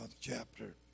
chapter